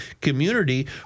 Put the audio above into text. community